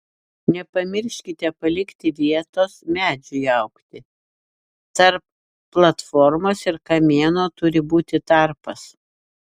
nepamirškite palikti vietos medžiui augti tarp platformos ir kamieno turi būti tarpas